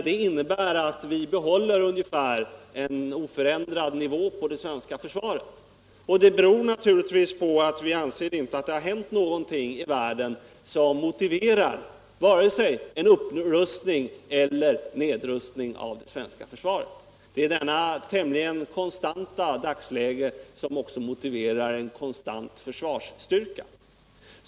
Den innebär att vi behåller ungefär en oförändrad nivå på det svenska försvaret. Det beror naturligtvis på att vi inte anser att det har hänt någonting i världen som motiverar vare sig en upprustning eller en nedrustning av det svenska försvaret. Det är detta tämligen konstanta dagsläge som också motiverar en konstant försvarsstyrka.